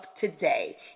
today